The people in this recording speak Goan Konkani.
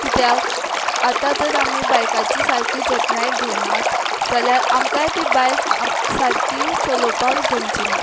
कित्याक आतां तर आमी बायकाची सारकी जतनाय घेनात जाल्या आमकांय बी बायक आम सारकी चलोवपाक जमची ना